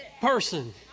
person